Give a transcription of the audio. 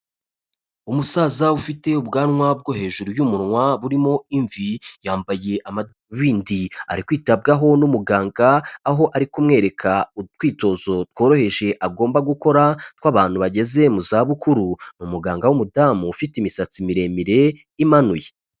Umusaza ufite ubwanwa bwo hejuru y'umunwa burimo imvi, yambaye amadarubindi, ari kwitabwaho n'umuganga, aho ari kumwereka utwitozo tworoheje agomba gukora tw'abantu bageze mu zabukuru, ni umuganga w'umudamu ufite imisatsi miremire imanuye.